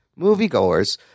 moviegoers